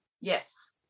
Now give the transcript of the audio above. Yes